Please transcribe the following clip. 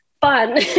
fun